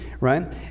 right